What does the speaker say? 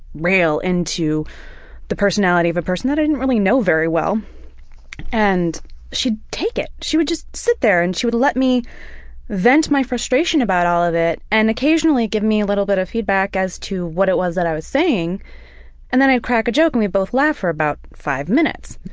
rail into the personality of a person that i didn't really know very well and she'd take it. she would just sit there and let me vent my frustration about all of it and occasionally give me a little bit of feedback as to what it was that i was saying and then i'd crack a joke and we'd both laugh for about five minutes.